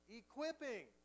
equipping